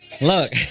Look